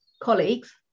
colleagues